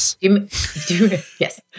Yes